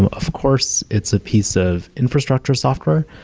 and of course, it's a piece of infrastructure software.